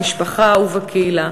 במשפחה ובקהילה.